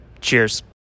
cheers